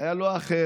היה לא אחר